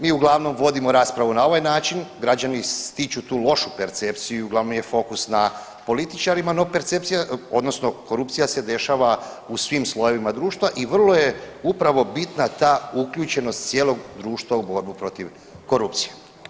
Mi uglavnom vodimo raspravu na ovaj način, građani stiču tu lošu percepciju i uglavnom je fokus na političarima no percepcija odnosno korupcija se dešava u svim slojevima društva i vrlo je upravo bitna ta uključenost cijelog društva u borbu protiv korupcije.